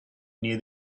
near